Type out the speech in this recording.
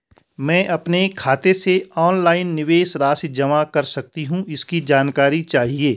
मैं अपने खाते से ऑनलाइन निवेश राशि जमा कर सकती हूँ इसकी जानकारी चाहिए?